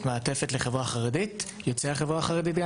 מעטפת לחברה החרדית וליוצאי החברה החרדית,